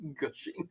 Gushing